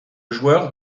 joueur